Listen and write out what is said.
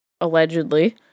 allegedly